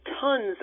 tons